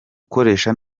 ukoresha